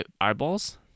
eyeballs